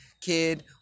kid